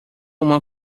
uma